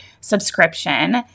subscription